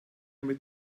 mit